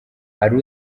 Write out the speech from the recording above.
hari